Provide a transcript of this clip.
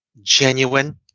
genuine